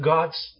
God's